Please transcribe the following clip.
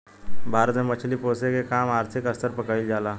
भारत में मछली पोसेके के काम आर्थिक स्तर पर कईल जा ला